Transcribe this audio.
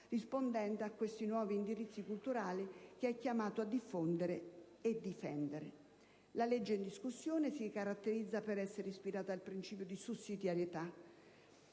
rispondendo a questi nuovi indirizzi culturali che è chiamata a diffondere e difendere. La legge in discussione si caratterizza per essere ispirata al principio di sussidiarietà,